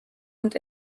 und